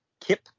Kip